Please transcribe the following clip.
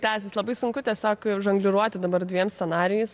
tęsis labai sunku tiesiog žongliruoti dabar dviem scenarijais